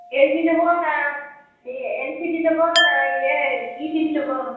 এল G নেব না L C D নেব না ইয়ে কী টি ভি নেব